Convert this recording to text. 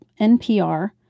NPR